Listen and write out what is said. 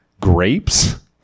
Grapes